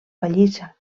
pallissa